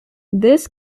this